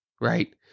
right